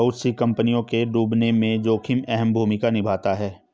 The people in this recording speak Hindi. बहुत सी कम्पनियों के डूबने में जोखिम अहम भूमिका निभाता है